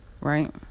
right